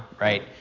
right